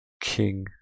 King